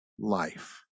life